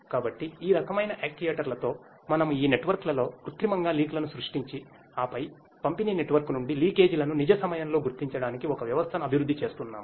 కాబట్టి ఈ రకమైన యాక్చుయేటర్లతో మనము ఈ నెట్వర్క్లలో కృత్రిమంగా లీక్లను సృష్టించి ఆపై పంపిణీ నెట్వర్క్ నుండి లీకేజీలను నిజ సమయంలో గుర్తించడానికి ఒక వ్యవస్థను అభివృద్ధి చేస్తున్నాము